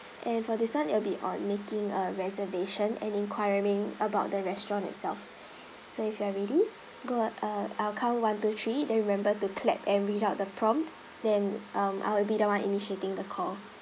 and for this [one] it will be on making a reservation and inquiring about the restaurant itself so if you are ready got uh I will count one two three then remember to clap and read out the prompt then um I will be the one initiating the call